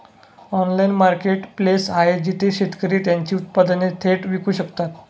Online marketplace आहे जिथे शेतकरी त्यांची उत्पादने थेट विकू शकतात?